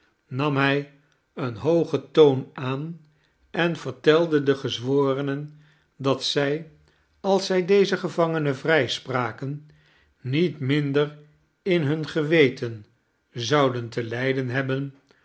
nam hij een hoogen toon aan en vertelde de gezworenen dat zij als zij dezen gevangene vrijspraken niet minder in hun geweten zouden te lijden hebben